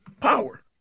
power